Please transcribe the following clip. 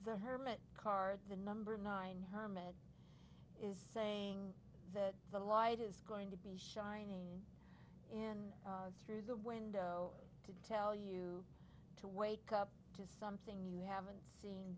the herman car the number nine harmony is saying that the light is going to be shining in through the window to tell you to wake up to something you haven't see